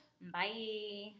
Bye